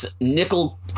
nickel